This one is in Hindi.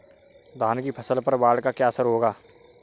धान की फसल पर बाढ़ का क्या असर होगा?